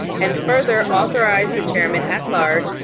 and further authorize the chairman, at large,